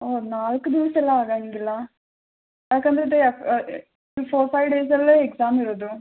ಹ್ಞೂ ನಾಲ್ಕು ದಿವಸ ಎಲ್ಲ ಆಗಂಗಿಲ್ಲ ಯಾಕಂದರೆ ಫೋರ್ ಫೈವ್ ಡೇಸಲ್ಲೇ ಎಕ್ಸಾಮ್ ಇರೋದು